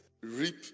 Reap